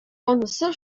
анысы